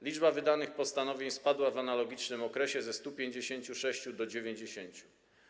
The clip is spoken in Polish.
Liczba wydanych postanowień spadła w analogicznym okresie ze 156 do 90.